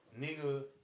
nigga